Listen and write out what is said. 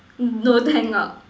um no thank God